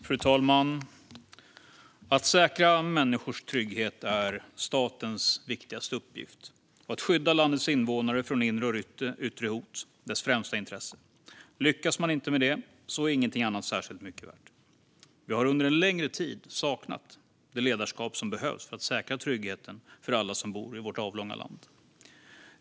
Fru talman! Att säkra människors trygghet är statens viktigaste uppgift och att skydda landets innevånare från inre och yttre hot dess främsta intresse. Lyckas man inte med detta är ingenting annat särskilt mycket värt. Vi har under en längre tid saknat det ledarskap som behövs för att säkra tryggheten för alla som bor i vårt avlånga land.